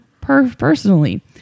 personally